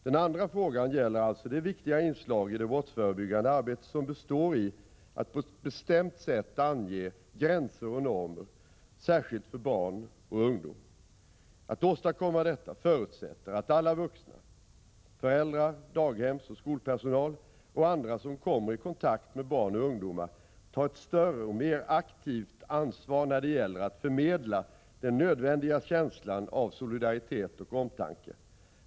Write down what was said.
Den andra frågan gäller alltså det viktiga inslag i det brottsförebyggande arbetet som består i att på ett bestämt sätt ange gränser och normer särskilt för barn och ungdom. Att åstadkomma detta förutsätter att alla vuxna, föräldrar, daghemspersonal och skolpersonal och andra som kommer i kontakt med barn och ungdomar tar ett större och mer aktivt ansvar när det gäller att förmedla den nödvändiga känslan av solidaritet och omtanke.